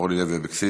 אורלי לוי אבקסיס,